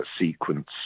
sequence